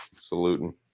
saluting